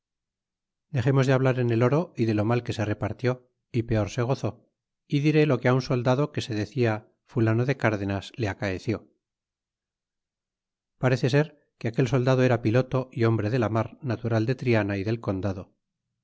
dexemos de hablar en el oro y de lo mal que se repartió y peor se gozó y diré lo que un soldado que se decia fulano de cárdenas le acaeció parece ser que aquel soldado era piloto y hombre de la mar natural de triana y del condado